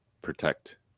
protect